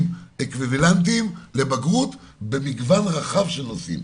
אקוויוולנטיים לבגרות במגוון רחב של נושאים.